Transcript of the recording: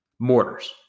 Mortars